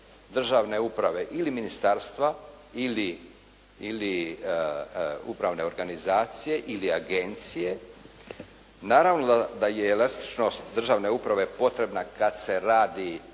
državne uprava ili ministarstva ili upravne organizacije ili agencije. Naravno da je elastičnost državne uprave potrebna kad se radi